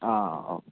അ okay